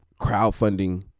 crowdfunding